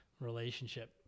relationship